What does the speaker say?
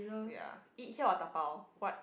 ya eat here or dabao what